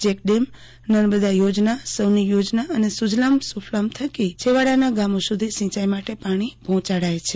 check dam Narmada યોજના સૌની યોજના અને સુજલામ સુફલામ થકી છેવાડાના ગામો સુધી સિંચાઇ માટે પાણી પહોચાડયા છે